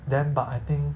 then but I think